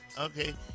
okay